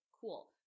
cool